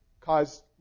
caused